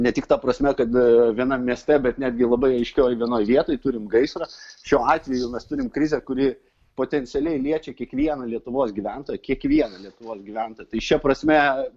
ne tik ta prasme kada vienam mieste bet netgi labai aiškioj vienoj vietoj turim gaisrą šiuo atveju mes turim krizę kuri potencialiai liečia kiekvieną lietuvos gyventoją kiekvieną lietuvos gyventoją tai šia prasme